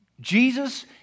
Jesus